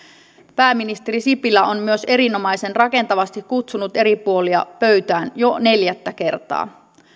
pääministeri sipilä on myös erinomaisen rakentavasti kutsunut eri puolia pöytään jo neljättä kertaa